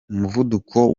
umuvuduko